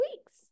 weeks